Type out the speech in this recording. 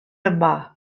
yma